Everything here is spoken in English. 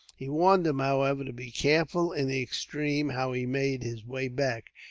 he warned him, however, to be careful in the extreme how he made his way back,